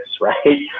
right